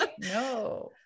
No